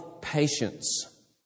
patience